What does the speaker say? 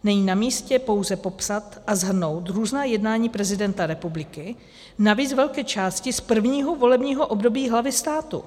Není namístě pouze popsat a shrnout různá jednání prezidenta republiky, navíc z velké části z prvního volebního období hlavy státu.